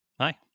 Hi